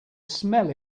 smell